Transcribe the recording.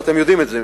ואתם יודעים את זה,